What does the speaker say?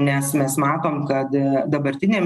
nes mes matom kad dabartinė